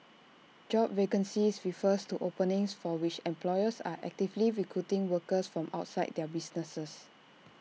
job vacancies refers to openings for which employers are actively recruiting workers from outside their businesses